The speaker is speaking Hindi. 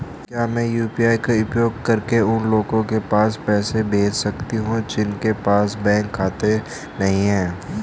क्या मैं यू.पी.आई का उपयोग करके उन लोगों के पास पैसे भेज सकती हूँ जिनके पास बैंक खाता नहीं है?